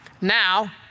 Now